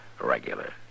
regular